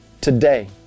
today